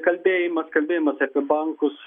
kalbėjimas kalbėjimas apie bankus